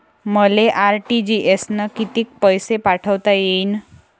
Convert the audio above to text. मले आर.टी.जी.एस न कितीक पैसे पाठवता येईन?